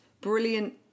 brilliant